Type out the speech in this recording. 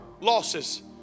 losses